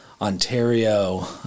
Ontario